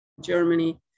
Germany